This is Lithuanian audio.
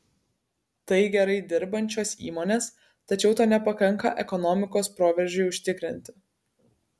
tai gerai dirbančios įmonės tačiau to nepakanka ekonomikos proveržiui užtikrinti